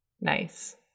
Nice